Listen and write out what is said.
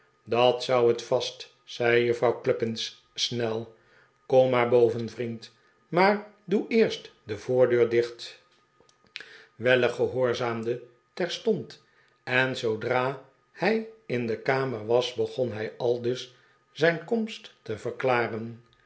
dat zou het vast zei juffrouw cluppins snel kom maar boven vriend maar doe eerst de voordeur dicht weller gehoorzaamde terstond en zoodra hij in de kamer was begon hij aldus zijn komst te verklaren